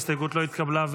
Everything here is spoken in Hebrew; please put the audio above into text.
ההסתייגות לא נתקבלה.